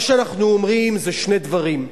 אנחנו אומרים שני דברים.